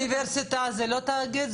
אוניברסיטה זה לא תאגיד,